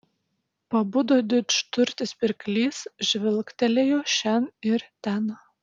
pabudo didžturtis pirklys žvilgtelėjo šen ir ten